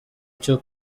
cyo